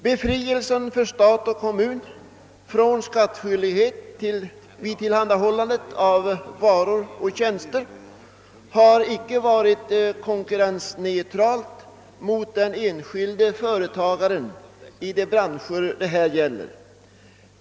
Befrielsen för stat och kommun från skattskyldighet vid tillhandahållande av varor och tjänster är icke konkurrensneutral mot den enskilde företagaren i de branscher det gäller.